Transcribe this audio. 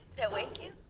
wake you?